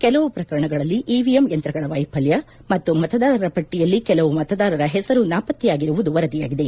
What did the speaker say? ಕೆಲವು ಪ್ರಕರಣಗಳಲ್ಲಿ ಇವಿಎಂ ಯಂತ್ರಗಳ ವೈಫಲ್ಡ ಮತ್ತು ಮತದಾರರ ಪಟ್ಟಿಯಲ್ಲಿ ಕೆಲವು ಮತದಾರರ ಹೆಸರು ನಾಪತ್ತೆಯಾಗಿರುವುದು ವರದಿಯಾಗಿದೆ